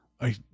I